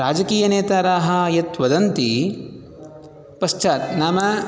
राजकीयनेताराः यद्वदन्ति पश्चात् नाम